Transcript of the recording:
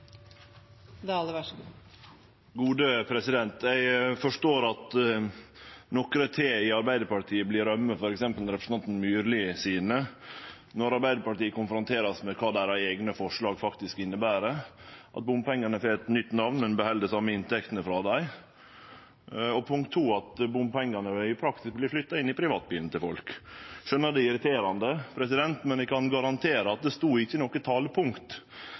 Eg forstår at nokre tær i Arbeidarpartiet vert ømme, f.eks. representanten Myrli sine, når Arbeidarpartiet vert konfrontert med kva deira eigne forslag faktisk inneber. Punkt éin, at bompengane får eit nytt namn, men at ein beheld dei same inntektene frå dei, og punkt to, at bompengane i praksis vert flytta inn i privatbilen til folk. Eg skjønar at det er irriterande, men eg kan garantere at det stod ikkje i noko talepunkt.